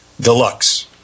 Deluxe